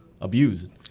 abused